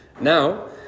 Now